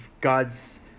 God's